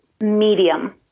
medium